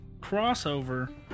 Crossover